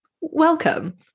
Welcome